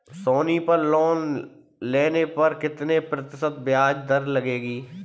सोनी पर लोन लेने पर कितने प्रतिशत ब्याज दर लगेगी?